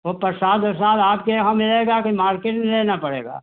वह प्रसाद वरसाद आपके यहाँ मिलेगा कि मार्केट में लेना पड़ेगा